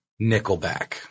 Nickelback